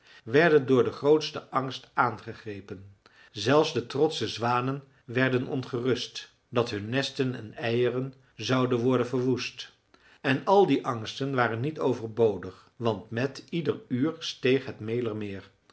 werden door den grootsten angst aangegrepen zelfs de trotsche zwanen werden ongerust dat hun nesten en eieren zouden worden verwoest en al die angsten waren niet overbodig want met ieder uur steeg het mälermeer